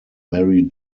mary